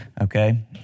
okay